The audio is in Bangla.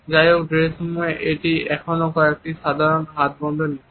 যাইহোক ড্রেসিংরুমে এটি এখনও সাধারণত একটি হাত বন্ধ নীতি